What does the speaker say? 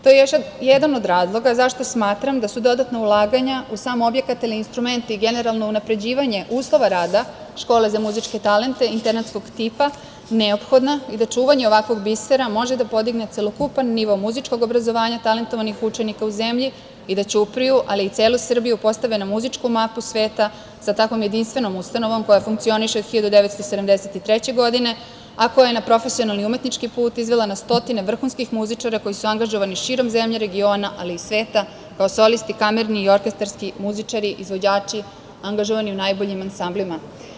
To je još jedan od razloga zašto smatram da su dodatna ulaganja u sam objekat, instrumente, ali i generalno unapređivanje uslova rada škole za muzičke talente internatskog tipa neophodna i da čuvanje ovakvog bisera može da podigne celokupan nivo muzičkog obrazovanja talentovanih učenika u zemlji i da Ćupriju, ali i celu Srbiju postave na muzičku mapu sveta sa takvom jedinstvenom ustanovom koja funkcioniše od 1973. godine, a koja je na profesionalni, umetnički put izvela na stotine vrhunskih muzičara koji su angažovani širom zemlje, regiona, ali i sveta kao solisti kamerni i orkestarski, muzičari, izvođači, angažovani u najboljim ansamblima.